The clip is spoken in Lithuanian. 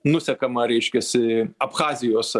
nusekama reiškiasi abchazijos